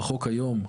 בחוק היום,